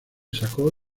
sacó